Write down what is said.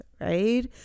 right